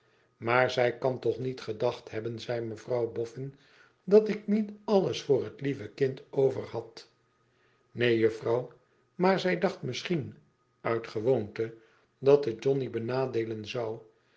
maar zij kan toch niet gedacht hebben zei mevrouw boffin dat ik niet alles voor het lieve kind overhad neen juffi ouw maar zij dacht misschien uit gewoonte dat het johnny benadeelen zou